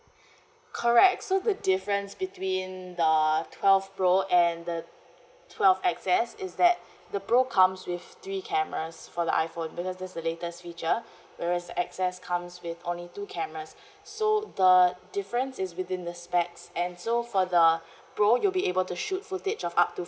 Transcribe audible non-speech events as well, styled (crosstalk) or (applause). correct so the difference between the twelve pro and the twelve X S is that (breath) the pro comes with three cameras for the iphone because this the latest feature whereas the X S comes with only two cameras (breath) so the difference is within the specs and so for the (breath) pro you'll be able to shoot footage of up to